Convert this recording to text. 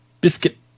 biscuit